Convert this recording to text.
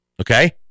Okay